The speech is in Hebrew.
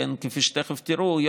כפי שתכף תראו,